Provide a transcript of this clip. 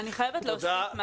אני חייבת להגיד משהו.